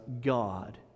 God